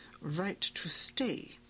right-to-stay